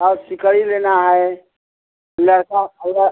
और सिकड़ी लेना है लड़का अगर